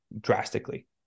drastically